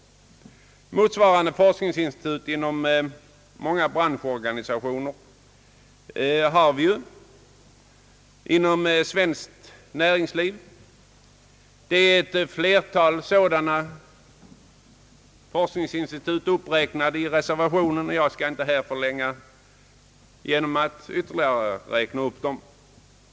Motsvarande forskningsinstitut har vi ju inom många branschorganisationer i svenskt näringsliv. Ett flertal sådana forskningsinstitut är uppräknade i reservationen, och jag skall inte här förlänga debatten genom att än en gång räkna upp dem.